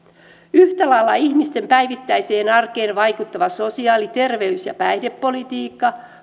yhtä lailla ihmisten päivittäiseen arkeen vaikuttava sosiaali terveys ja päihdepolitiikka